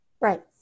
Right